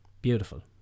Beautiful